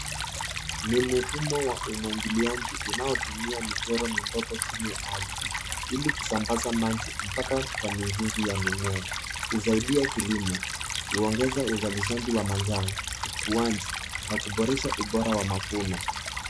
Ni mfumo wa umwagiliaji unaotumia michoro midogo chini ya ardhi ili kusambaza maji mpaka kwa mizizi ya mimea. Husaidia kilimo, huongeza uzalishaji wa mazao, ukuaji na kuboresha ubora wa mavuno.